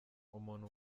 umuntu